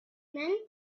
men